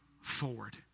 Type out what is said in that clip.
forward